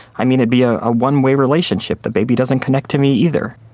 i mean, it'd be a ah one way relationship. the baby doesn't connect to me either